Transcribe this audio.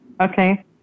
Okay